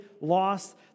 lost